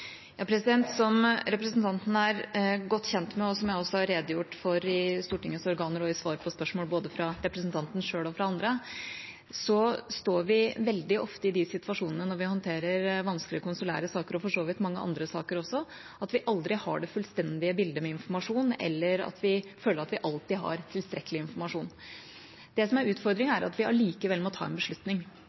Som representanten er godt kjent med, og som jeg også har redegjort for i Stortingets organer og i svar på spørsmål både fra representanten og fra andre, står vi veldig ofte i de situasjonene når vi håndterer vanskelige konsulære saker – og for så vidt også mange andre saker – at vi aldri har det fullstendige bildet med informasjon, eller at vi føler at vi alltid har tilstrekkelig informasjon. Det som er utfordringen, er at vi likevel må ta en beslutning.